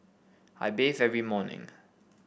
I bathe every morning